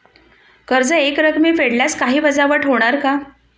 कर्ज एकरकमी फेडल्यास काही वजावट होणार का?